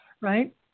Right